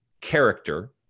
character